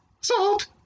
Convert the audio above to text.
salt